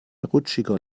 rutschiger